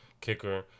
kicker